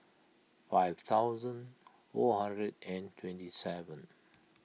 five thousand four hundred and twenty seven